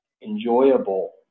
enjoyable